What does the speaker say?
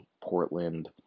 Portland